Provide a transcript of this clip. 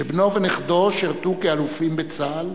שבנו ונכדו שירתו כאלופים בצה"ל,